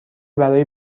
برای